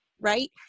right